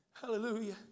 hallelujah